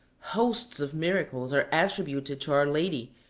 hosts of miracles are attributed to our lady,